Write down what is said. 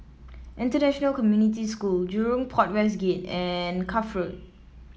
International Community School Jurong Port West Gate and Cuff Road